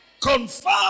Confirm